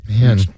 Man